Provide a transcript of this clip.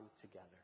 together